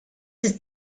ist